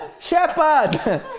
Shepherd